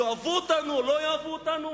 יאהבו אותנו או לא יאהבו אותנו?